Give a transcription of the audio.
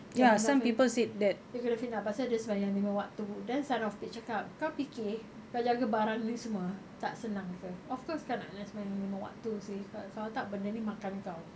dia kena fitnah pasal dia sembahyang lima waktu then son of peach cakap kau fikir kau jaga barang ni semua tak senang ke of course kau nak kena sembahyang lima waktu seh kalau tak benda ni makan kau